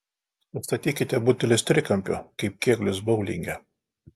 sustatykite butelius trikampiu kaip kėglius boulinge